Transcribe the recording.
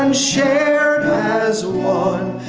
um shared as one,